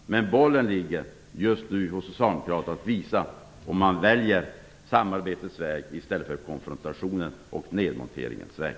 Men bollen ligger just nu hos socialdemokraterna att visa om man väljer samarbetets väg i stället för konfrontationens och nedmonteringens väg.